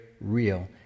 real